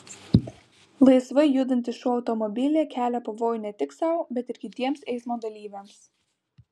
laisvai judantis šuo automobilyje kelia pavojų ne tik sau bet ir kitiems eismo dalyviams